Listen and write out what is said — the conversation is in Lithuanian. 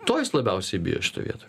to jis labiausiai bijo šitoj vietoj